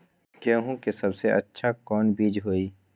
गेंहू के सबसे अच्छा कौन बीज होई?